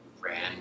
Ran